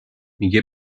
میگه